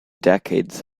decades